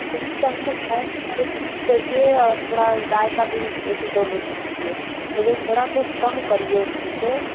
नहीं तो हमें भैँस का ही दूध चाहिए और थोड़ा गाय का भी एक दो लीटर चाहिए लेकिन थोड़ा कुछ कम करिए उसमें से